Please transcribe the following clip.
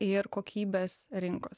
ir kokybės rinkos